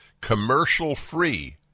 commercial-free